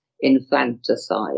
infanticide